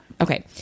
okay